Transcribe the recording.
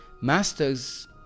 masters